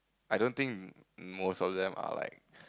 I don't think most of them are like